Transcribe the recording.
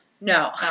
No